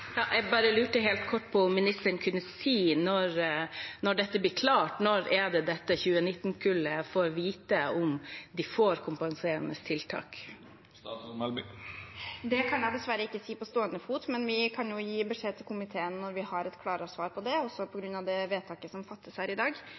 Jeg lurte bare helt kort på om ministeren kunne si når dette blir klart, når 2019-kullet får vite om de får kompenserende tiltak. Det kan jeg dessverre ikke si på stående fot, men vi kan gi beskjed til komiteen når vi har et klarere svar på det, også på